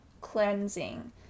cleansing